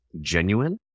genuine